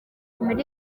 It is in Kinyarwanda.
muri